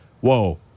whoa